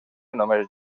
només